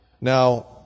Now